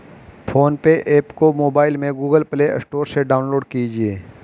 phone पे app को mobile में गूगल प्ले स्टोर से डाउनलोड कीजिए